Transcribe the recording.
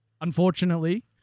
unfortunately